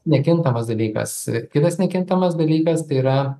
nekintamas dalykas ir kitas nekintamas dalykas tai yra